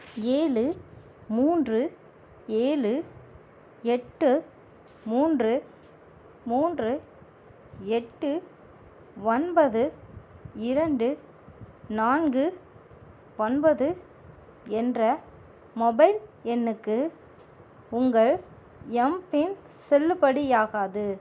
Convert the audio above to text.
ஏழு மூன்று ஏழு எட்டு மூன்று மூன்று எட்டு ஒன்பது இரண்டு நான்கு ஒன்பது என்ற மொபைல் எண்ணுக்கு உங்கள் எம்பின் செல்லுபடியாகாது